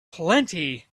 plenty